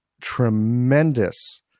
tremendous